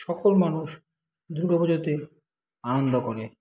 সকল মানুষ দুর্গা পুজোতে আনন্দ করে